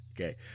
okay